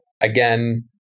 again